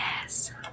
yes